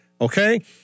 Okay